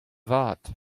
vat